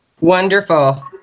Wonderful